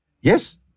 Yes